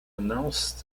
announce